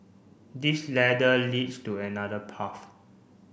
this ladder leads to another path